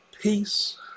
peace